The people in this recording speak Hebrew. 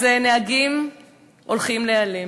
אז נהגים הולכים להיעלם.